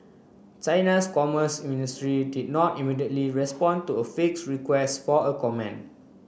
China's commerce ministry did not immediately respond to a fixed request for a comment